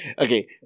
Okay